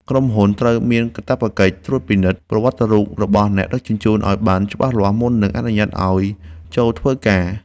ក្រុមហ៊ុនត្រូវមានកាតព្វកិច្ចត្រួតពិនិត្យប្រវត្តិរូបរបស់អ្នកដឹកជញ្ជូនឱ្យបានច្បាស់លាស់មុននឹងអនុញ្ញាតឱ្យចូលធ្វើការ។